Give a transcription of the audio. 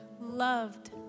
loved